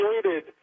created